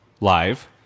live